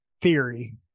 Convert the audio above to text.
theory